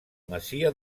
masia